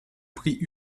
prix